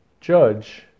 judge